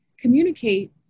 communicate